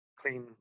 clean